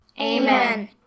Amen